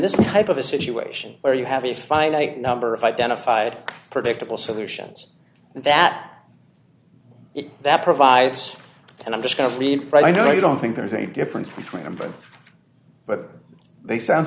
this type of a situation where you have a finite number of identified predictable solutions that if that provides and i'm just going to leave it right i know you don't think there is any difference between them but they sound